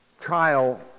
trial